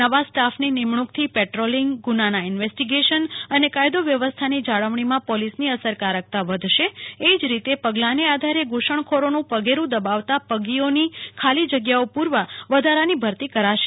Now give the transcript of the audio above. નવા સ્ટાફની નિમણુક તથી પેટ્રોલીગ ગુનાના ઇન્વેસ્ટીગેશન અને કાયદો વ્યવસ્થાની જાણવણીમાં પોલીસની અસરકારકતા વધશે એ જ રીતે પગલા નાં આધારે ધૂસણખોરીનું પગેરું દબાવતા પગીઓની ખાલી જગ્યાઓ પૂરવા વધારાની ભરતી કરાશે